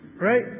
Right